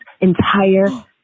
entire